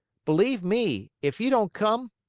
believe me, if you don't come,